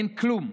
אין כלום.